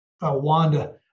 Wanda